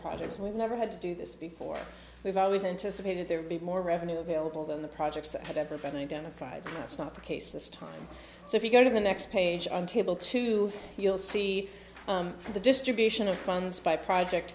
projects we've never had to do this before we've always anticipated there would be more revenue available than the projects that have ever been identified that's not the case this time so if you go to the next page on table two you'll see the distribution of funds by project